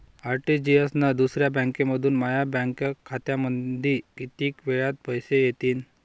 RTGS न दुसऱ्या बँकेमंधून माया बँक खात्यामंधी कितीक वेळातं पैसे येतीनं?